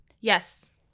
Yes